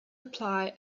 apply